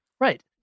Right